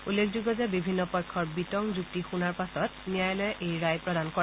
উল্লেখযোগ্য যে বিভিন্ন পক্ষৰ বিতং যুক্তি শুনাৰ পিছত ন্যায়ালয়ে এই ৰায় দিয়ে